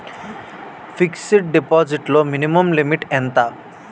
Fixed deposit లో minimum limit ఎంత?